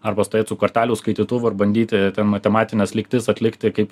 arba stovėt su kortelių skaitytuvu ir bandyti matematines lygtis atlikti kaip